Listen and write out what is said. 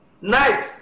nice